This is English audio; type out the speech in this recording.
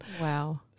Wow